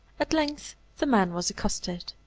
at length the man was accosted.